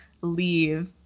leave